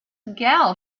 gal